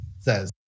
Says